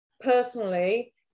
personally